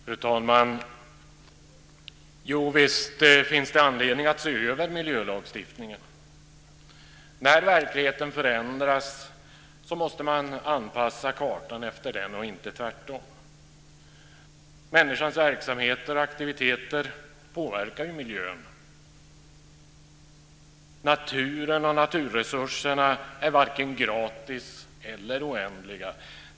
Fru talman! Jo, visst finns det anledning att se över miljölagstiftningen. När verkligheten förändras måste man anpassa kartan efter den, inte tvärtom. Människans verksamheter och aktiviteter påverkar miljön, och naturen och naturresurserna är varken gratis eller oändliga.